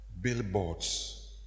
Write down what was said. billboards